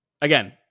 again